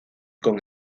con